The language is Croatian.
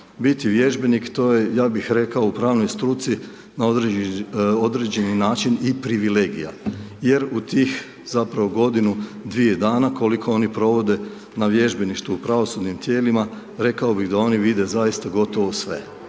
Biti vježbenik, to je ja bih rekao u pravnoj struci, na određeni način i privilegija, jer u tih zapravo godinu, dvije dana, koliko oni provode na vježbanošću u pravosudnim tijelima, rekao bi da oni vide zaista gotovo sve,